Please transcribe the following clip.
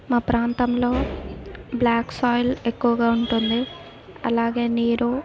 మా ప్రాంతంలో blacks soil ఎక్కువగా ఉంటుంది అలాగే నీరు